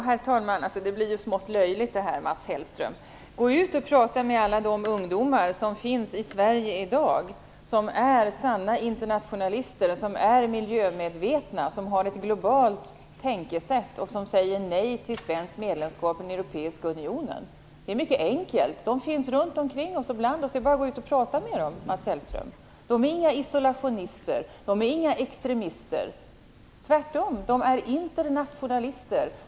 Herr talman! Det här blir smått löjligt, Mats Hellström! Gå ut och prata med alla de ungdomar i Sverige i dag som är sanna internationalister, som är miljömedvetna, som har ett globalt tänkesätt och som säger nej till svenskt medlemskap i den europeiska unionen! Det är mycket enkelt; de finns runt omkring oss, ibland oss. Det är bara att gå ut och prata med dem, Mats Hellström! De är inga isolationister eller extremister - tvärtom! De är internationalister.